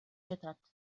жатат